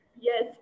Yes